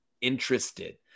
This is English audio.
interested